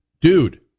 Dude